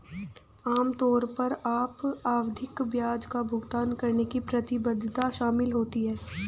आम तौर पर आवधिक ब्याज का भुगतान करने की प्रतिबद्धता शामिल होती है